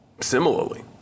Similarly